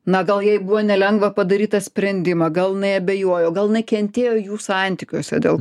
na gal jai buvo nelengva padaryt tą sprendimą gal jinai abejojo gal jinai kentėjo jų santykiuose dėl